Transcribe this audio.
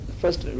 first